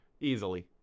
Easily